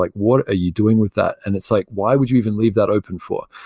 like what are you doing with that? and it's like, why would you even leave that open for?